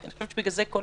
ואני חושב שבגלל זה כל